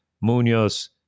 Munoz